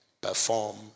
Perform